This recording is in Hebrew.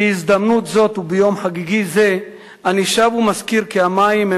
בהזדמנות זו וביום חגיגי זה אני שב ומזכיר כי המים הם